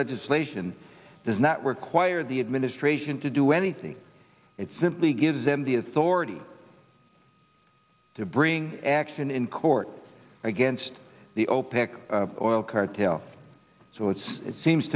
legislation does not require the administration to do anything it simply gives them the authority to bring action in court against the opec oil cartel so it's it seems